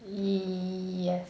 yes